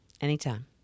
Anytime